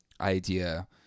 idea